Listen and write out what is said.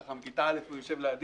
ככה מכיתה א' יושב לידי.